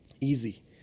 Easy